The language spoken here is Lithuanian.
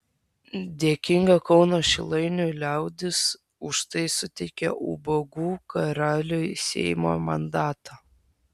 dėkinga kauno šilainių liaudis už tai suteikė ubagų karaliui seimo mandatą